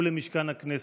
ולמשכן הכנסת.